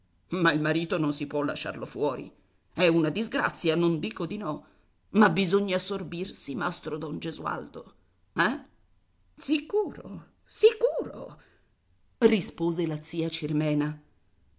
ma il marito non si può lasciarlo fuori è una disgrazia non dico di no ma bisogna sorbirsi mastro don gesualdo eh sicuro sicuro rispose la zia cirmena